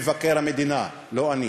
מבקר המדינה, לא אני,